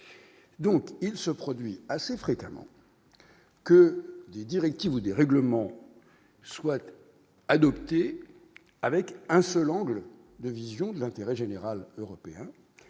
donc ce produit assez fréquemment que des directives ou des règlements soit adopté, avec un seul angle de vision de l'intérêt général européen